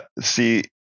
see